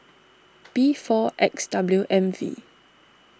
B four X W M V